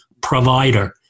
provider